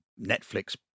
Netflix